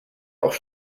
auch